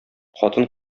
хатын